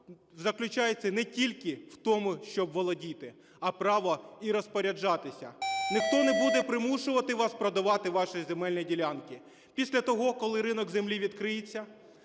воно заключается не тільки в тому, щоб володіти, а право і розпоряджатися. Ніхто не буде примушувати вас продавати ваші земельні ділянки. Після того, коли ринок землі відкриється,